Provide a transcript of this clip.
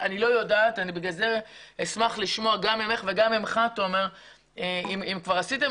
אני לא יודעת ואני אשמח לשמוע גם ממך וגם ממך תומר אם כבר עשיתם